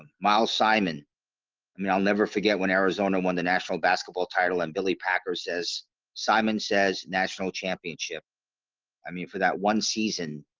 um miles simon i mean i'll never forget when arizona won the national basketball title and billy packer says simon says national championship i mean for that one season